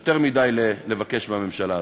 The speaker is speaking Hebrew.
יותר מדי לבקש מהממשלה הזאת.